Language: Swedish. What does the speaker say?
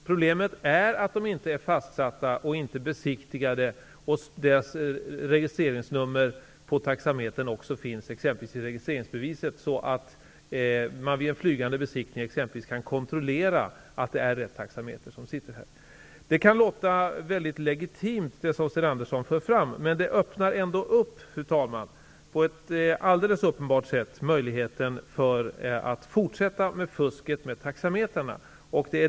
Problemet är att de inte är fastsatta och besiktigade och att inte taxameterns registreringsnummer också finns i exempelvis registreringsbeviset, så att man vid t.ex. en flygande besiktning kan kontrollera att det är rätt taxameter som sitter i bilen. Det som Sten Andersson för fram kan låta väldigt legitimt, men det öppnar ändå på ett alldeles uppenbart sätt, fru talman, för ett fortsatt fusk med taxametrarna.